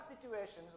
situations